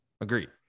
Agreed